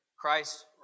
Christ